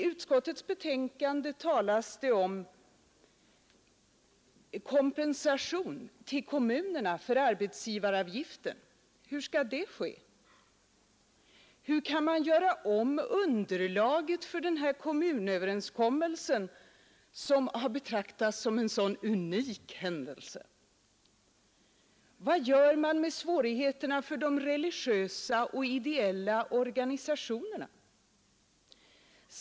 I utskottets betänkande talas det om kompensation till kommunerna för arbetsgivaravgiften. Hur skall det ske? Hur kan man göra om underlaget för kommunöverenskommelsen, som ju har betraktats som en unik händelse? Och hur blir det med svårigheterna för de religiösa och ideella organisationerna?